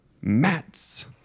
Mats